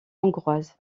hongroise